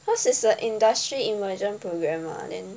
this is the industry immersion program ah then